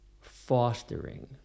fostering